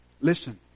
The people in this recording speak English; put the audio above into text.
Listen